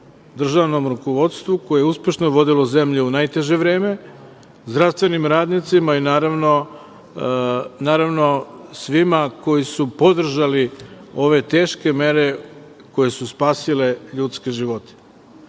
državnom rukovodstvu koje je uspešno vodilo zemlju u najteže vreme, zdravstvenim radnicima i svima koji su podržali ove teške mere koje su spasile ljudske